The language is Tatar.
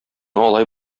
алай